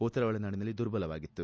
ಉತ್ತರ ಒಳನಾಡಿನಲ್ಲಿ ದುರ್ಬಲವಾಗಿತ್ತು